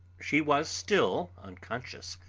she was still unconscious,